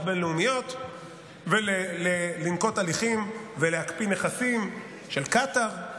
בין-לאומיות ולנקוט הליכים ולהקפיא נכסים של קטאר,